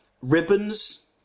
ribbons